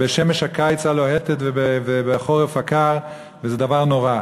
בשמש הקיץ הלוהטת ובחורף הקר, וזה דבר נורא.